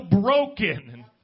broken